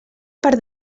per